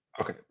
Okay